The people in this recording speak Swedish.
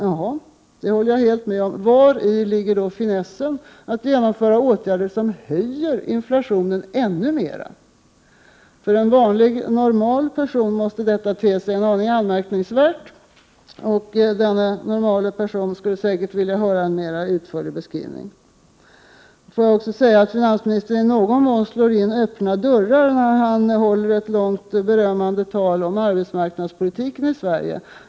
Ja, det håller jag med om. Men vari ligger då finessen att genomföra åtgärder som höjer inflationen ännu mera? För en vanlig normal person måste detta te sig något anmärkningsvärt. Denna normala person skulle säkert vilja höra en mera utförlig beskrivning. Jag får säga att finansministern i någon mån slår in öppna dörrar då han håller ett långt berömmande tal om arbetsmarknadspolitiken i Sverige.